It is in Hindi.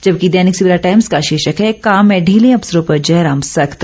जबकि दैनिक सवेरा टाइम्स का शीर्षक है काम में ढीले अफसरों पर जयराम सख्त